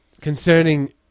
concerning